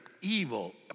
evil